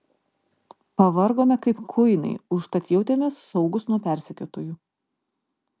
pavargome kaip kuinai užtat jautėmės saugūs nuo persekiotojų